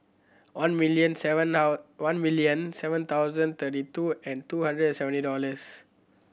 one million seven one million seven thousand thirty two and two hundred seventy dollars